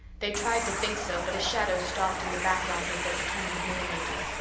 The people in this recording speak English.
they tried to think so, but a shadow stalked in the background of their determined merrymaking.